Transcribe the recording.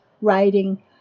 writing